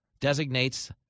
designates